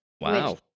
Wow